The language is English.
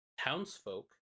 townsfolk